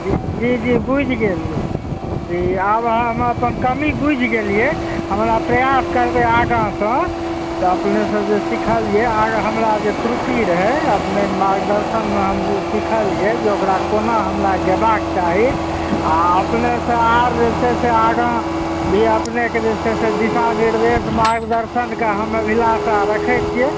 जी जी बूझि गेलियै जी आब हम अपन कमी बूझि गेलियै हमरा प्रयास करबै आगाँसंँ जँ अपनेसंँ जे सीखलियै आर हमरा जे त्रुटि रहै अपनेकेँ मार्गदर्शनमे हम ई सीखलियै जे ओकरा कोना हमरा गयबाक चाही आ अपनेसंँ आब जे छै से आगाँ भी अपनेकेँ जे छै से दिशानिर्देश मार्गदर्शनके हम अभिलाषा रखैत छियै